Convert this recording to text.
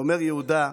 ואומר יהודה: